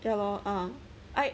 ya lor ah I